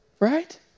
Right